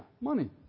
money